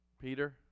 Peter